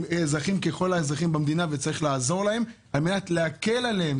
הם אזרחים ככל אזרחי המדינה וצריך לעזור להם על מנת להקל עליהם.